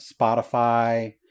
Spotify